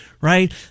right